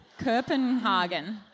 Kirpenhagen